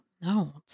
No